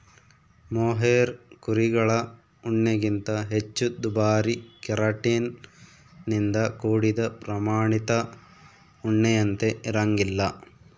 mohair ಕುರಿಗಳ ಉಣ್ಣೆಗಿಂತ ಹೆಚ್ಚು ದುಬಾರಿ ಕೆರಾಟಿನ್ ನಿಂದ ಕೂಡಿದ ಪ್ರಾಮಾಣಿತ ಉಣ್ಣೆಯಂತೆ ಇರಂಗಿಲ್ಲ